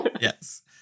Yes